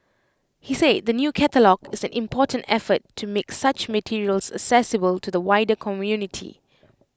he said the new catalogue is an important effort to make such materials accessible to the wider community